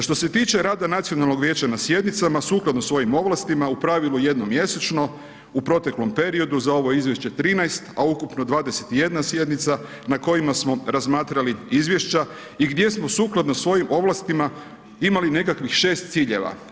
Što se tiče rada nacionalnog vijeća na sjednicama, sukladno svojim ovlastima, u pravilu jednom mjesečno u proteklom periodu, za ovo izvješće 13, a ukupno 21 sjednica, na kojima smo razmatrali izvješća i gdje smo sukladno svojim ovlastima imali nekakvih 6 ciljeva.